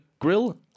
Grill